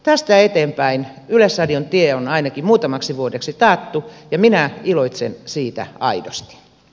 tästä eteenpäin yleisradion tie on ainakin muutamaksi vuodeksi taattu ja minä iloitsen siitä aidosti